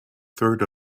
third